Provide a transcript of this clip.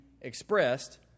expressed